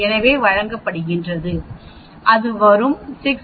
எனவே வகுக்கப்படுகிறது அது வரும் 6